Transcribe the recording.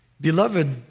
Beloved